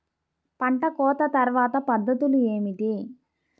పంట కోత తర్వాత పద్ధతులు ఏమిటి?